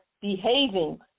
behaving